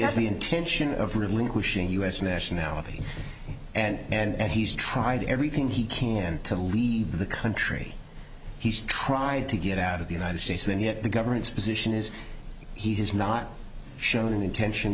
the intention of relinquishing u s nationality and and he's tried everything he can to leave the country he's tried to get out of the united states and yet the government's position is he has not shown any intention